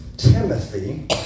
Timothy